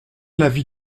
l’avis